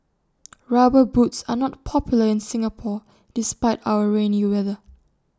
rubber boots are not popular in Singapore despite our rainy weather